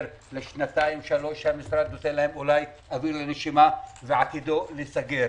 לשנתיים שלוש שהמשרד נותן להם אוויר נשימה ועתידו להיסגר.